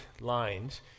lines